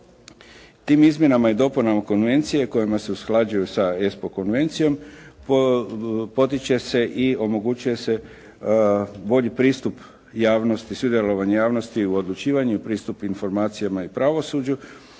Tim izmjenama i dopunama konvencije kojima se usklađuju sa ESPO Konvencijom potiče se i omogućuje se bolji pristup javnosti, sudjelovanje javnosti u odlučivanju i pristup informacijama i pravosuđu